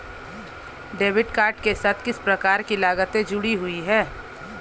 Debit card के साथ किस प्रकार की लागतें जुड़ी हुई हैं?